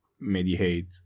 mediate